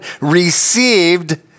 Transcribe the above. received